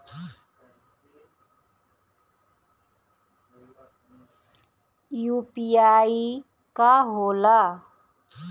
UPI का होला?